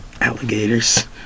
Alligators